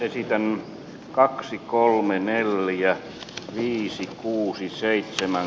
esitän kaksi kolme nelli ja viisi kuusi seitsemän